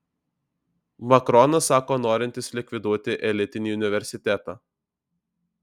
makronas sako norintis likviduoti elitinį universitetą